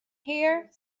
here